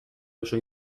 oso